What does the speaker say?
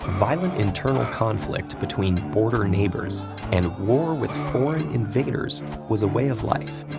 violent internal conflict between bordering neighbors and war with foreign invaders was a way of life,